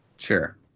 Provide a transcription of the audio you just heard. Sure